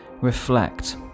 reflect